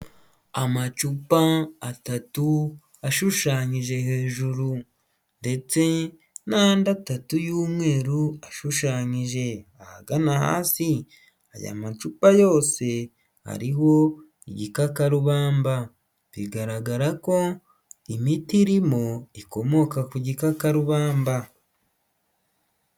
Amacupa atatu ashushanyije hejuru ndetse n'andi atatu y'umweru ashushanyije ahagana hasi, aya macupa yose ariho igikakarubamba, bigaragara ko imiti irimo ikomoka ku gikakarubamba.